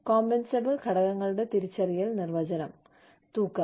compensable ഘടകങ്ങളുടെ തിരിച്ചറിയൽ നിർവചനം തൂക്കം